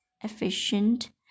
efficient